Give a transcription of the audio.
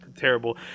terrible